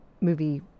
movie